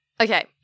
Okay